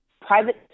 private